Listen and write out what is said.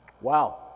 Wow